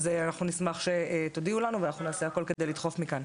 אז אנחנו נשמח שתודיעו לנו ואנחנו נעשה הכל כדי לדחוף מכאן.